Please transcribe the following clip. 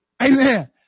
Amen